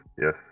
yes